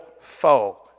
foe